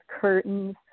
curtains